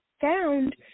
found